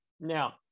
Now